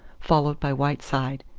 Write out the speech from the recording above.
followed by whiteside.